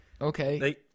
Okay